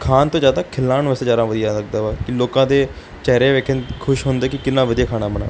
ਖਾਣ ਤੋਂ ਜ਼ਿਆਦਾ ਖਿਲਾਉਣ ਵਾਸਤੇ ਜ਼ਿਆਦਾ ਵਧੀਆ ਲੱਗਦਾ ਵਾ ਕ ਲੋਕਾਂ ਦੇ ਚਿਹਰੇ ਵੇਖੇ ਖੁਸ਼ ਹੁੰਦੇ ਕਿ ਕਿੰਨਾ ਵਧੀਆ ਖਾਣਾ ਬਣਿਆ